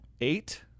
Eight